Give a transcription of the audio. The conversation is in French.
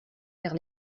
vers